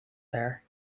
there